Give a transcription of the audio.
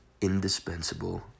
Indispensable